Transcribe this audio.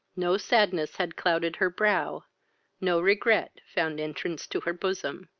no sadness had clouded her brow no regret found entrance to her bosom.